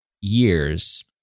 years